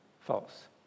false